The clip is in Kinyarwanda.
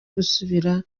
gusubira